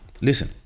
listen